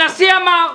הנשיא אמר.